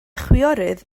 chwiorydd